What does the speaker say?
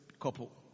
couple